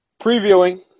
previewing